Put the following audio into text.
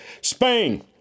Spain